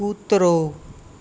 કૂતરો